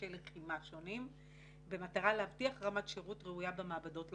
לתרחישי לחימה שונים במטרה להבטיח רמת שירות ראויה במעבדות לאוכלוסייה.